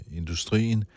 industrien